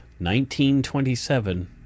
1927